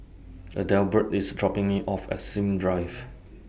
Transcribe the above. Adelbert IS dropping Me off At Sims Drive